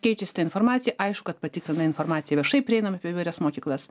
keičiasi ta informacija aišku kad patikrina informaciją viešai prieinamą apie įvairias mokyklas